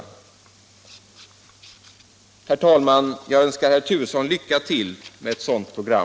Herr talman! Jag önskar herr Turesson lycka till med ett sådant program.